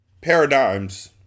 ...paradigms